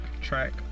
track